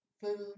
food